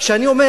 שאני אומר